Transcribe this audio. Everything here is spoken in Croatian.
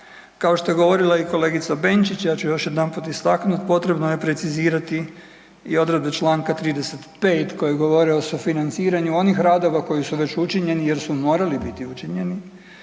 Kao što je govorila i kolegica Benčić, ja ću još jedanput istaknut, potrebno je precizirati i odredbe čl. 35. koje govore o sufinanciranju onih radova koji su već učinjeni jer su morali biti učinjeni